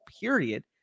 period